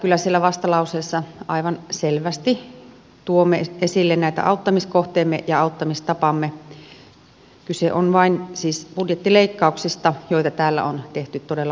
kyllä siellä vastalauseessa aivan selvästi tuomme esille auttamiskohteemme ja auttamistapamme kyse on vain siis budjettileikkauksista joita täällä on tehty todella paljon